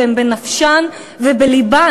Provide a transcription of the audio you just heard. והן בנפשן ובלבן,